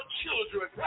children